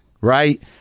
right